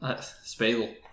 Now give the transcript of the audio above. Spiegel